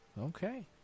Okay